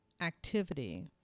activity